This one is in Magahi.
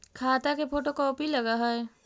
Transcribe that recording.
खाता के फोटो कोपी लगहै?